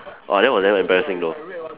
oh that was damn embarrassing though